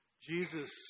Jesus